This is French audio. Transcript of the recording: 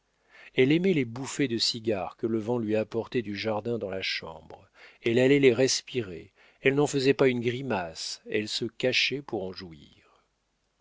elle aimait les bouffées de cigare que le vent lui apportait du jardin dans la chambre elle allait les respirer elle n'en faisait pas une grimace elle se cachait pour en jouir